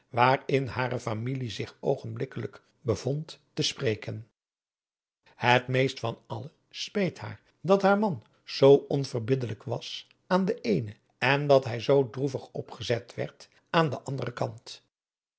waar in hare familie zich dit oogenblik bevond te spreken het meest van alle speet haar dat haar man zoo onverbiddelijk was aan den eenen en dat hij zoo droevig opgezet werd aan den anderen kant